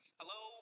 hello